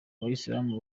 abayisilamu